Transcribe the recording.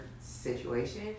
situation